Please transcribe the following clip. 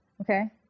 okay